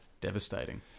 devastating